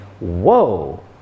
whoa